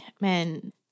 man